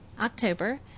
October